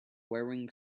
wearing